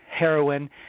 heroin